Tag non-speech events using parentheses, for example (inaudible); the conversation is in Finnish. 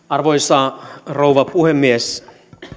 (unintelligible) arvoisa rouva puhemies